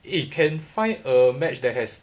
eh can find a match that has